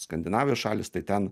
skandinavijos šalys tai ten